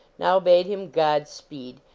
now bade him godspeed,